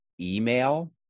email